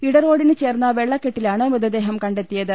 ഇട റോഡിന് ചേർന്ന വെള്ളക്കെട്ടിലാണ് മൃത ദേഹം കണ്ടെത്തിയത്